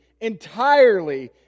entirely